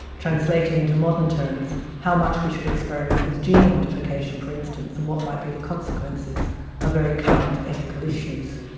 translating into modern terms, how much we should experiment with gene modification, for instance, and what might be the consequences are very current ethical issues.